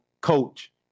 coach